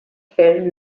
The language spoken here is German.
fällen